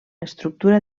estructura